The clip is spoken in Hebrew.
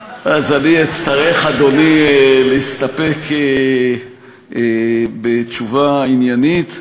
אצטרך, אדוני, להסתפק בתשובה עניינית.